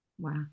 Wow